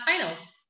finals